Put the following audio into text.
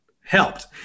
helped